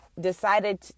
decided